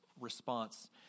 response